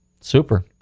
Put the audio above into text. Super